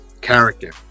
Character